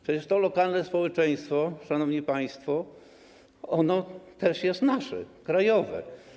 Przecież to lokalne społeczeństwo, szanowni państwo, też jest nasze, krajowe.